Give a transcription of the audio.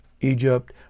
Egypt